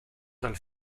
dal